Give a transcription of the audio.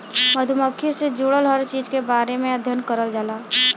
मधुमक्खी से जुड़ल हर चीज के बारे में अध्ययन करल जाला